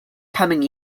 coming